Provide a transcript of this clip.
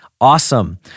awesome